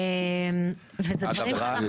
אז החוק מבטיח מנגנונים עיקריים בתוך החוק,